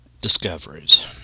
Discoveries